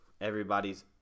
Everybody's